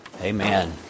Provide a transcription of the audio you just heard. Amen